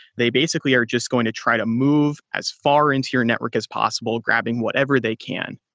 they basically are just going to try to move as far into your network as possible grabbing whatever they can.